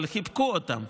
אבל חיבקו אותם.